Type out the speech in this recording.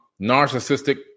narcissistic